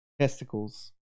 testicles